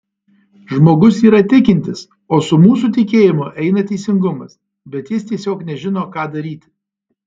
žmogus yra tikintis o su mūsų tikėjimu eina teisingumas bet jis tiesiog nežino ką daryti